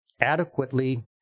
adequately